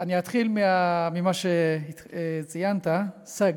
אני אתחיל ממה שציינת, סַגְד,